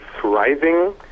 thriving